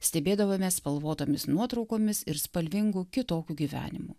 stebėdavome spalvotomis nuotraukomis ir spalvingu kitokiu gyvenimu